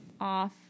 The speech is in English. off